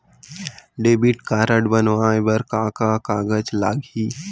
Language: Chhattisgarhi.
डेबिट कारड बनवाये बर का का कागज लागही?